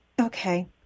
okay